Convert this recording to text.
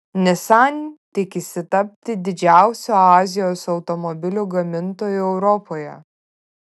nissan tikisi tapti didžiausiu azijos automobilių gamintoju europoje